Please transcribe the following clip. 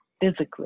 physically